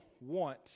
want